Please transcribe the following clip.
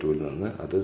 9852 ൽ നിന്ന് അത് 0